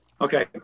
Okay